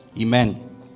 Amen